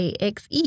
AXE